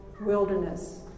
wilderness